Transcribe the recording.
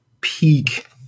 peak